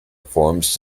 forms